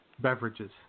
beverages